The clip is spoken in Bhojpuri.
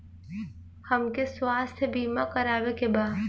हमके स्वास्थ्य बीमा करावे के बा?